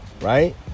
right